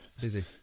busy